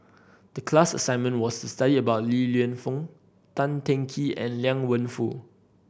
the class assignment was to study about Li Lienfung Tan Teng Kee and Liang Wenfu